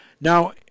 Now